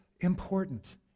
important